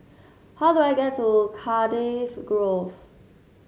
how do I get to Cardifi Grove